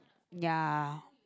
ya